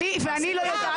היא גם.